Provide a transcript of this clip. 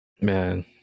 Man